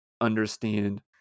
understand